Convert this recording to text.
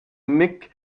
nick